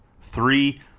three